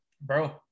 Bro